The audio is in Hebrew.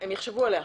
הם יחשבו עליה.